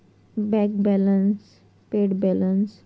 बँकेच्या खात्याचो कसो बॅलन्स तपासायचो?